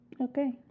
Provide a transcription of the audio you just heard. Okay